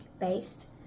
based